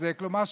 כלומר,